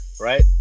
right